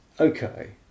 Okay